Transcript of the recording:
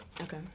Okay